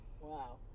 Wow